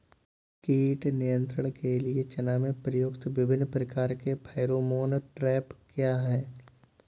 कीट नियंत्रण के लिए चना में प्रयुक्त विभिन्न प्रकार के फेरोमोन ट्रैप क्या है?